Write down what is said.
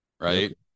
Right